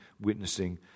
witnessing